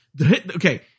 Okay